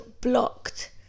blocked